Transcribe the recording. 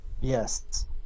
Yes